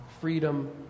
freedom